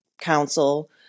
council